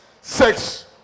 sex